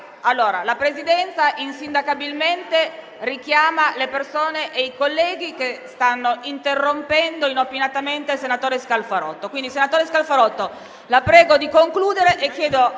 La Presidenza insindacabilmente richiama i colleghi che stanno interrompendo inopinatamente il senatore Scalfarotto.